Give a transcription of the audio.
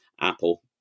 Apple